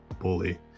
bully